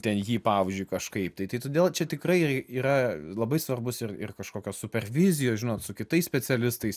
ten jį pavyzdžiui kažkaip tai todėl čia tikrai yra labai svarbus ir ir kažkokios supervizijos žinot su kitais specialistais